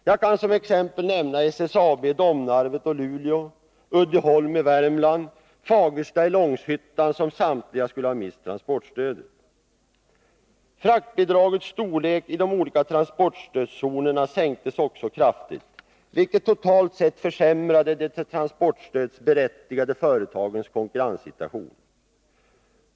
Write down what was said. Jag kan som exempel nämna SSAB i Domnarvet och Luleå, Uddeholm i Värmland, Fagersta i Långshyttan, som samtliga skulle ha mist transportstödet. Fraktbidragets storlek i de olika transportstödszonerna sänktes också kraftigt, vilket totalt sett försämrade de transportstödsberättigade företagens konkurrenssituation.